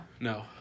No